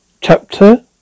Chapter